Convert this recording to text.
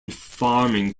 farming